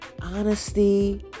honesty